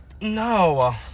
No